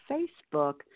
Facebook